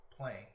playing